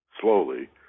Slowly